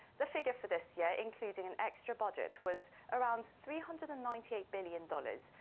the figure for this year, including an extra budget, was around three hundred and ninety eight billion dollars,